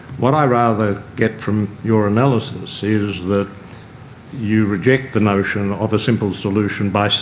what i rather get from your analysis is that you reject the notion of a simple solution by, so